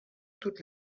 toutes